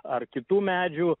ar kitų medžių